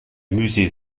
musée